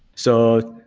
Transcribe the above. so,